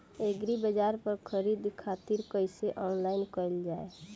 एग्रीबाजार पर खरीदे खातिर कइसे ऑनलाइन कइल जाए?